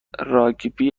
راگبی